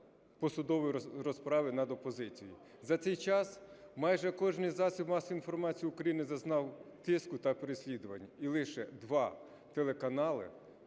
посудові розправи над опозицією. За цей час майже кожний засіб масової інформації України зазнав тиску та переслідування. І лише два телеканали